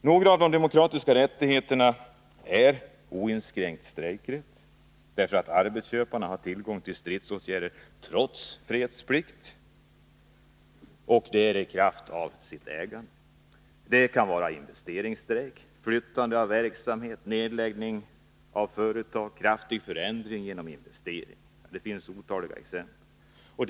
En av de demokratiska rättigheterna är oinskränkt strejkrätt, därför att arbetsköparna i kraft av sitt ägande har tillgång till stridsåtgärd trots fredsplikt. Det kan vara investeringsstrejk, flyttande av verksamhet, nedläggning av företag och kraftig förändring genom investering. Det finns otaliga exempel.